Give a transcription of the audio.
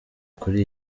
kuri